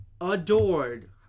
adored